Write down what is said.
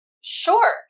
Sure